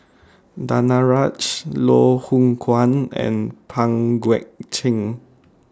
Danaraj Loh Hoong Kwan and Pang Guek Cheng